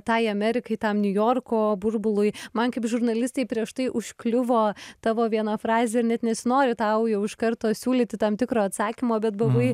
tai amerikai tam niujorko burbului man kaip žurnalistei prieš tai užkliuvo tavo viena frazė net nesinori tau jau iš karto siūlyti tam tikro atsakymo bet buvai